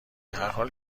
هرحال